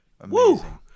Amazing